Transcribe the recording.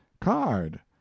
card